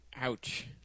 ouch